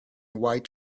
white